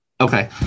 Okay